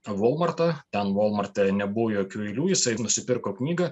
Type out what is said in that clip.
volmartą ten volmarte nebuvo jokių eilių jisai nusipirko knygą